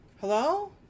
Hello